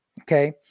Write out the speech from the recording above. okay